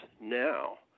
now